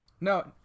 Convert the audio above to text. No